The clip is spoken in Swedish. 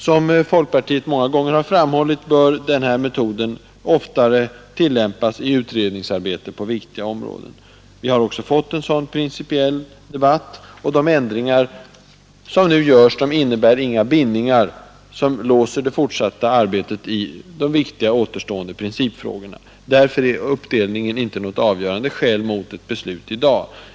Som folkpartiet många gånger framhållit är detta en metod som oftare borde tillämpas i utredningsarbete på viktiga områden. En sådan principiell debatt har vi också fått. De ändringar som nu görs innebär inga bindningar som låser det fortsatta arbetet i viktiga beslut i dag.